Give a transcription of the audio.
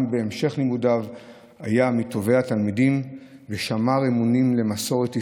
גם בהמשך לימודיו היה מטובי התלמידים ושמר אמונים למסורת ישראל.